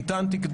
המתנתי,